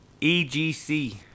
EGC